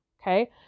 okay